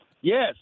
Yes